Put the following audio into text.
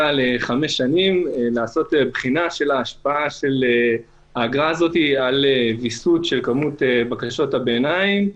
בחינה של ההשפעה של האגרה הזאת על ויסות כמות בקשות הביניים.